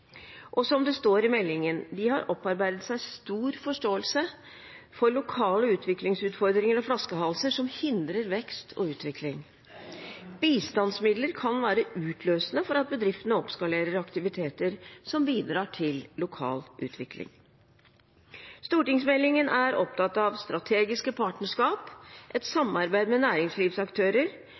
Og som det står i meldingen: De har opparbeidet seg stor forståelse for lokale utviklingsutfordringer og flaskehalser som hindrer vekst og utvikling. Bistandsmidler kan være utløsende for at bedriftene oppskalerer aktiviteter som bidrar til lokal utvikling. Stortingsmeldingen er opptatt av strategiske partnerskap, et samarbeid med næringslivsaktører,